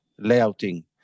layouting